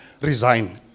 resign